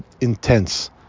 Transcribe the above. intense